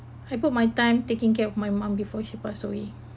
I put my time taking care of my mum before she passed away